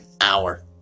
hour